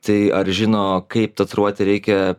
tai ar žino kaip tatuiruotę reikia